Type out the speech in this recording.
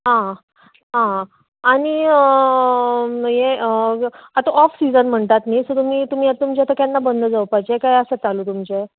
आं आं आनी हें आतां ऑफ सिजन म्हणटात न्हय सो तुमी आतां तुमचें केन्ना बंद जावपाचें काय आसा चालू तुमचें